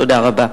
תודה רבה.